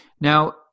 Now